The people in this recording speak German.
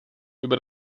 über